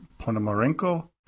Ponomarenko